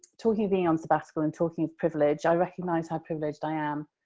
talking of being on sabbatical and talking of privilege, i recognize how privileged i am,